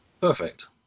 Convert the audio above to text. perfect